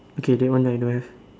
okay that one then I don't have